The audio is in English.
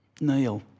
Neil